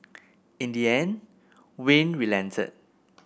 in the end Wayne relented